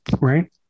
right